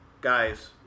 guys